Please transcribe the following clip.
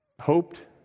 hoped